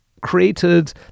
created